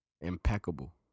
Impeccable